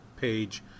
page